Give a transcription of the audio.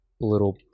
little